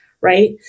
right